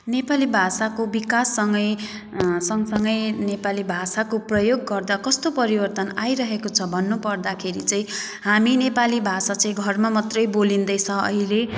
नेपाली भाषाको विकाससँगै सँगसँगै नेपाली भाषाको प्रयोग गर्दा कस्तो परिवर्तन आइरहेको छ भन्नुपर्दाखेरि चाहिँ हामी नेपाली भाषा चाहिँ घरमा मात्रै बोलिँदैछ अहिले